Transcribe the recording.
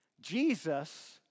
Jesus